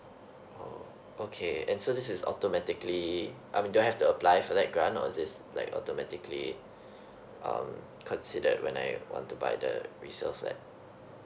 oh okay and so this is automatically I mean don't have to apply for that grant or is it like automatically um considered when I want to buy the resale flat